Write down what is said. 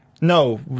No